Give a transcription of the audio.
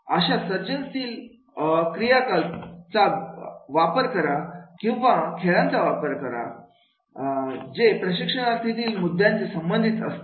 अशा सर्जनशील क्रियाकलाप वापर करा किंवा खेळांचा वापर करा जे प्रशिक्षणातील मुद्द्यांच्या संबंधित असते